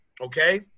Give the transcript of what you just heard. okay